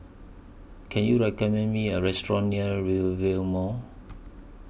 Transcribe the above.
Can YOU recommend Me A Restaurant near Rivervale Mall